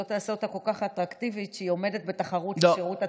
שלא תעשה אותה כל כך אטרקטיבית שהיא עומדת בתחרות עם השירות הצבאי.